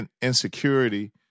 insecurity